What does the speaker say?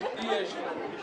איתי יש לו.